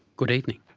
good evening.